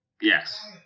Yes